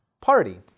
party